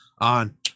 on